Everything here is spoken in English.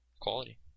Quality